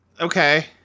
Okay